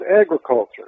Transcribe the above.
agriculture